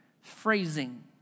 phrasing